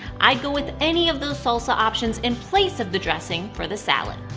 i'd go with any of those salsa options in place of the dressing for the salad.